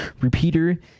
Repeater